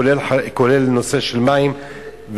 כולל בנושא של מים,